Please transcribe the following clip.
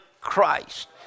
Christ